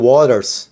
Waters